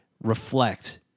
Reflect